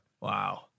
wow